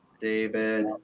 David